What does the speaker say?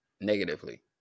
negatively